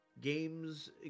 games